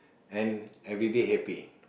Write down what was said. and everyday happy